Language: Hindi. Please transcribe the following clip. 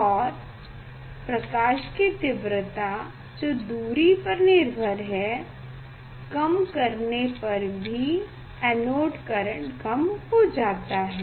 और प्रकाश की तीव्रता जो दूरी पर निर्भर है कम करने पर भी एनोड करेंट कम हो जाता है